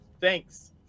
Thanks